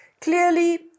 Clearly